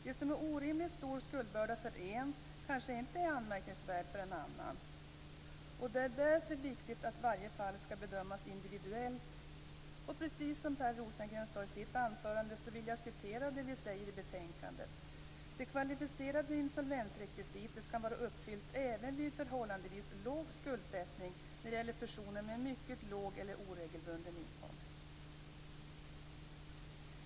Det som är en orimligt stor skuldbörda för en person kanske inte är anmärkningsvärd för en annan. Det är därför viktigt att varje fall bedöms individuellt. Precis som Per Rosengren gjorde i sitt anförande vill jag citera det vi säger i betänkandet: "Det kvalificerade insolvensrekvisitet kan vara uppfyllt även vid förhållandevis låg skuldsättning när det gäller personer med mycket låg eller oregelbunden inkomst."